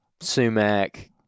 sumac